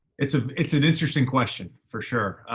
it's a, it's an interesting question, for sure.